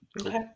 Okay